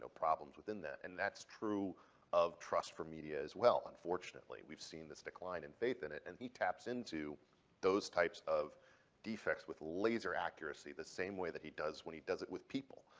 ah problems within that, and that's true of trust for media as well, unfortunately. we've seen this decline in faith in it and he taps into those types of defects with laser accuracy the same way that he does when he does it with people.